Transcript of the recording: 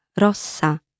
rossa